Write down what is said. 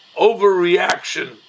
overreaction